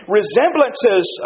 resemblances